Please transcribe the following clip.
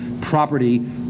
property